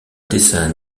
dessin